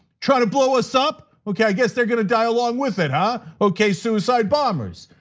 trying to blow us up, okay, i guess they're gonna die along with it, ah okay suicide bombers.